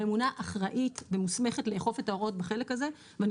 הממונה אחראית ומוסמכת לאכוף את ההוראות בחלק הזה ואני